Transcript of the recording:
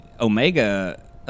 Omega